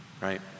right